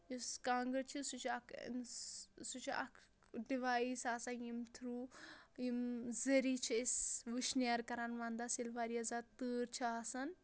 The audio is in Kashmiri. یُس کانٛگٕر چھِ سُہ چھِ اَکھ سُہ چھِ اکھ ڈِوایِس آسان ییٚمہِ تھرٛوٗ یِم ذٔریعہِ چھِ أسۍ وُشنیر کَران وَنٛدَس ییٚلہِ واریاہ زیادٕ تۭر چھَ آسان